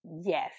yes